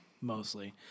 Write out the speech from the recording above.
mostly